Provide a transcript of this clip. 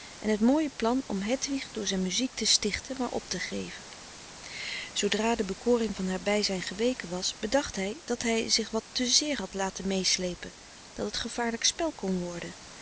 en het mooie plan om hedwig door zijn muziek te stichten maar op te geven zoodra de bekoring van haar bijzijn geweken was bedacht hij dat hij zich wat te zeer had laten meeslepen dat het gevaarlijk spel kon worden